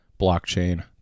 blockchain